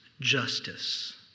justice